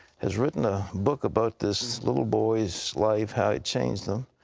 has written a book about this little boys life, how it changed them.